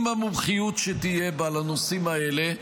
עם המומחיות שתהיה בה לנושאים האלה,